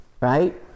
right